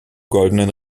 goldenen